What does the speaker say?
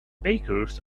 bakers